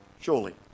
surely